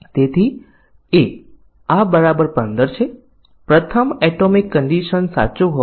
પૂર્ણાંકને float અથવા ફ્લોટને પૂર્ણાંક તરીકે લખ્યું હોય